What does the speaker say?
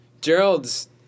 Gerald's